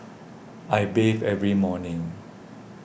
I bathe every morning